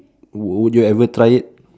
would you ever try it